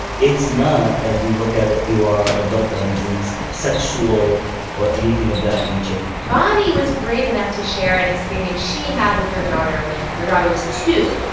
it's not, as we look at it through our adult lenses, sexual or anything of that nature bonnie was brave enough to share an experience she had with her daughter when her daughter was two,